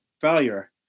failure